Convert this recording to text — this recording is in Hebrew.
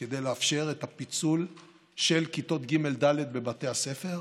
כדי לאפשר את הפיצול של כיתות ג'-ד' בבתי הספר,